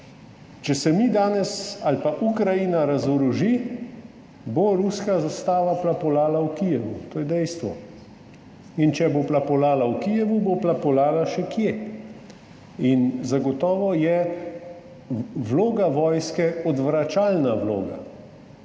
če se mi ali pa Ukrajina danes razoroži, bo ruska zastava plapolala v Kijevu, to je dejstvo. Če bo plapolala v Kijevu, bo plapolala še kje. Zagotovo je vloga vojske odvračalna vloga.